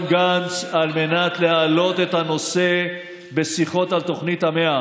גנץ על מנת להעלות את הנושא בשיחות על תוכנית המאה.